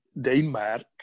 Denmark